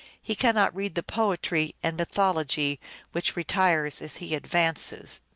he cannot read the poetry and mythology which retiresi as he advances.